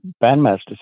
bandmaster